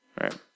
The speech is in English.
right